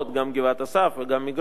גם גבעת-אסף וגם מגרון,